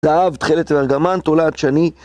זהב, תכלת וארגמן, תולעת שני